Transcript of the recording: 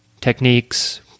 techniques